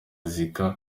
zika